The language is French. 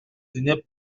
n’est